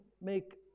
make